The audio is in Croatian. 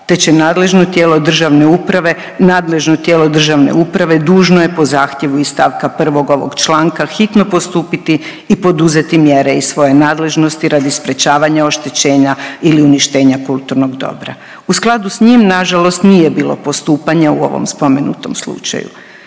nadležno tijelo državne uprave dužno je po zahtjevu iz stavka prvog ovog članka hitno postupiti i poduzeti mjere iz svoje nadležnosti radi sprječavanja oštećenja ili uništenja kulturnog dobra. U skladu sa njim na žalost nije bilo postupanja u ovom spomenutom slučaju.